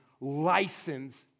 license